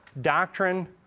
doctrine